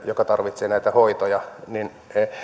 joka tarvitsee näitä hoitoja